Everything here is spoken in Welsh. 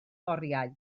oriau